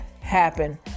happen